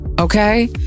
Okay